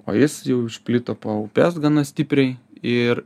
o jis jau išplito po upes gana stipriai ir